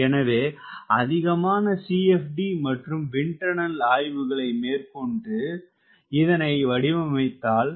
எனவே அதிகமான CFD மற்றும் விண்ட் டனல் ஆய்வுகளை மேற்கொண்டு இதனை வடிவமைத்தல் நன்று